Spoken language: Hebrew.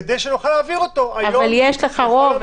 כדי שנוכל להעביר אותה היום או לכל המאוחר מחר -- אבל יש לך רוב,